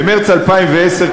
במרס 2010,